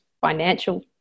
financial